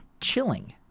Chilling